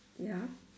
ya